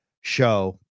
show